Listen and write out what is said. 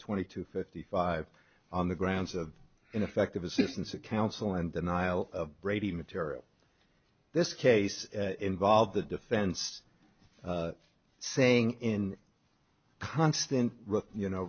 twenty to fifty five on the grounds of ineffective assistance of counsel and denial of brady material this case involved the defense saying in constant you know